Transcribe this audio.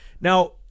now